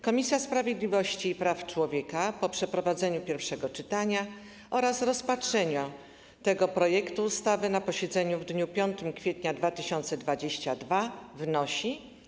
Komisja Sprawiedliwości i Praw Człowieka po przeprowadzeniu pierwszego czytania oraz rozpatrzeniu tego projektu ustawy na posiedzeniu w dniu 5 kwietnia 2022 r. wnosi: